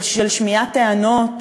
של שמיעת טענות,